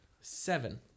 Seven